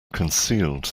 concealed